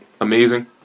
Amazing